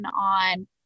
on